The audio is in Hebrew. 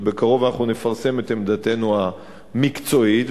ובקרוב אנחנו נפרסם את עמדתנו המקצועית,